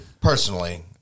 personally